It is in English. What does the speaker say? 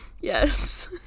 Yes